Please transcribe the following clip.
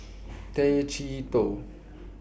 Tay Chee Toh